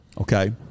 Okay